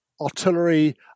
Artillery